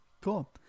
Cool